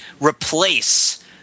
replace